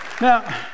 Now